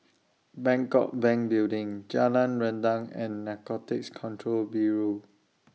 Bangkok Bank Building Jalan Rendang and Narcotics Control Bureau